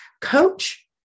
coach